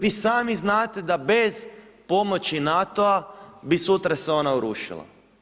Vi sami znate da bez pomoći NATO-a bi sutra se ona urušila.